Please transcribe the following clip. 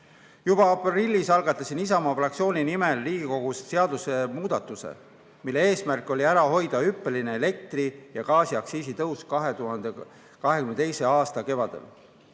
Juba aprillis algatasin Isamaa fraktsiooni nimel Riigikogus seadusemuudatuse, mille eesmärk oli ära hoida hüppeline elektri- ja gaasiaktsiisi tõus 2022. aasta kevadel.